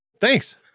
Thanks